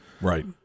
Right